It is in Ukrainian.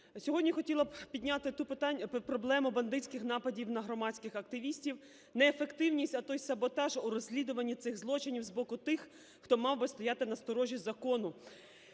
Сьогодні хотіла б підняти ту проблему бандитських нападів на громадських активістів, неефективність, а то й саботаж у розслідуванні цих злочинів з боку тих, хто мав би стояти на сторожі закону.